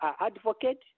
advocate